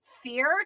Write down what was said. fear